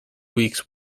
weeks